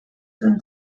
zuen